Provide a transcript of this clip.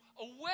away